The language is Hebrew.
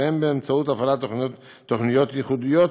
וגם בהפעלת תוכניות ייחודיות,